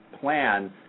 plan